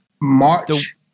March